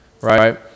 right